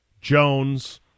Jones